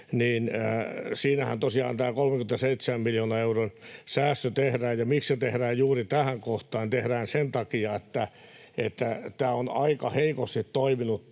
Siinähän tosiaan tehdään tämä 37 miljoonan euron säästö. Ja miksi se tehdään juuri tähän kohtaan? Se tehdään sen takia, että on aika heikosti toiminut